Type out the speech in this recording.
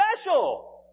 special